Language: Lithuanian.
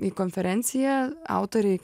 į konferenciją autoriai